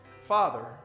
father